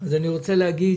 בקשה.